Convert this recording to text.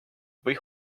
või